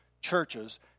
churches